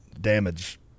damage